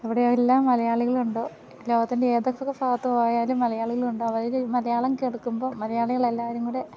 ഇവിടെയെല്ലാം മലയാളികളുണ്ടോ ലോകത്തിൻ്റെ ഏതൊക്കെ ഭാഗത്തു പോയാലും മലയാളികളുണ്ടോ അവർ മലയാളം കിടക്കുമ്പോൾ മലയാളികളെല്ലാവരും കൂടി